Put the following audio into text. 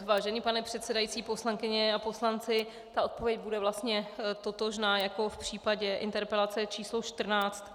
Vážený pane předsedající, poslankyně a poslanci, odpověď bude vlastně totožná jako v případě interpelace číslo 14.